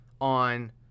on